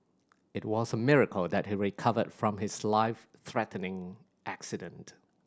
it was a miracle that he recovered from his life threatening accident